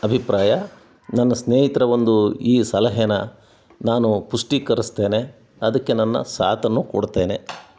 ಅಭಿಪ್ರಾಯ ನನ್ನ ಸ್ನೇಹಿತರ ಒಂದು ಈ ಸಲಹೇನ ನಾನು ಪುಷ್ಟೀಕರಿಸ್ತೇನೆ ಅದಕ್ಕೆ ನನ್ನ ಸಾತನ್ನೂ ಕೊಡ್ತೇನೆ